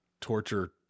torture